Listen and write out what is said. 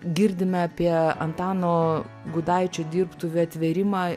girdime apie antano gudaičio dirbtuvių atvėrimą